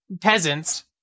peasants